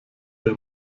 der